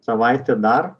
savaitė dar